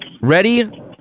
Ready